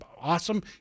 Awesome